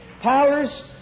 Powers